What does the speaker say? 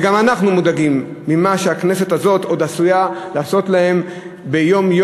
וגם אנחנו מודאגים ממה שהכנסת הזאת עוד עשויה לעשות להם יום-יום,